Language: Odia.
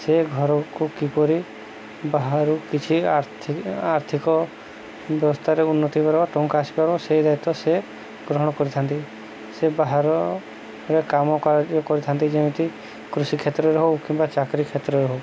ସେ ଘରକୁ କିପରି ବାହାରୁ କିଛି ଆର୍ଥି ଆର୍ଥିକ ବ୍ୟବସ୍ଥାରେ ଉନ୍ନତି କରିବ ଟଙ୍କା ଆସିପାରିବ ସେଇ ଦାୟିତ୍ୱ ସେ ଗ୍ରହଣ କରିଥାନ୍ତି ସେ ବାହାରରେ କାମ କାର୍ଯ୍ୟ କରିଥାନ୍ତି ଯେମିତି କୃଷି କ୍ଷେତ୍ରରେ ହଉ କିମ୍ବା ଚାକିରି କ୍ଷେତ୍ରରେ ହଉ